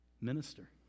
Minister